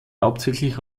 hauptsächlich